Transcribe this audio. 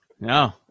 no